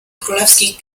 królewskich